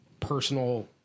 personal